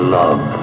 love